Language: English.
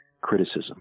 criticism